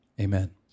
Amen